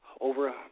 Over